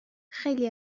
خیلی